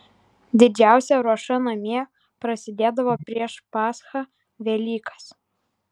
didžiausia ruoša namie prasidėdavo prieš paschą velykas